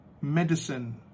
medicine